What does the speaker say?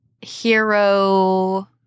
hero